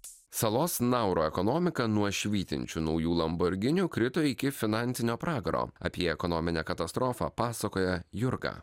salos nauru ekonomiką nuo švytinčių naujų lamborgini nukrito iki finansinio pragaro apie ekonominę katastrofą pasakoja jurga